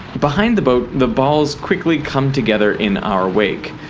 behind the boat, the balls quickly come together in our wake.